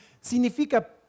significa